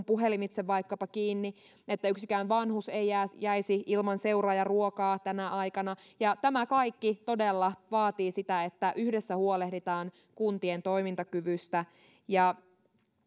puhelimitse kiinni että yksikään vanhus ei jäisi ilman seuraa ja ruokaa tänä aikana ja tämä kaikki todella vaatii sitä että yhdessä huolehditaan kuntien toimintakyvystä ja